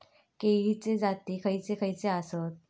केळीचे जाती खयचे खयचे आसत?